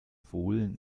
fohlen